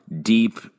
deep